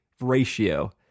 ratio